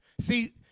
See